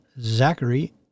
Zachary